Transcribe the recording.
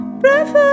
breath